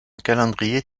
calendrier